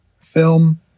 film